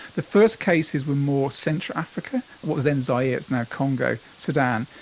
the first cases were more central africa, what was then zaire, it is now congo, sudan,